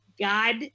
God